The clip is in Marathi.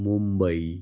मुंबई